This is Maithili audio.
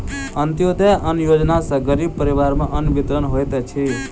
अन्त्योदय अन्न योजना सॅ गरीब परिवार में अन्न वितरण होइत अछि